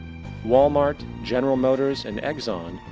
walmart, general motors and exxon,